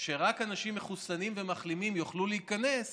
שרק אנשים מחוסנים ומחלימים יוכלו להיכנס